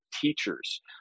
teachers